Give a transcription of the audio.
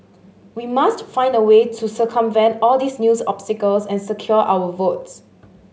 we must find a way to circumvent all these news obstacles and secure our votes